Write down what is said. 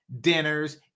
dinners